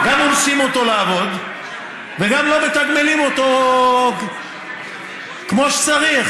גם אונסים אותו לעבוד וגם לא מתגמלים אותו כמו שצריך.